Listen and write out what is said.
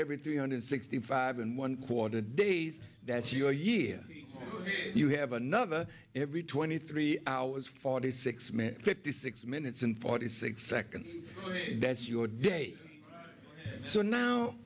every three hundred sixty five and one quarter a days that's your year you have another every twenty three hours forty six minutes fifty six minutes and forty six seconds that's your day so now